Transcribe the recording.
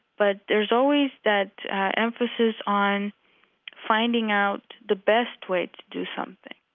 but there's always that emphasis on finding out the best way to do something